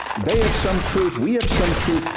they have some truth. we have some truth.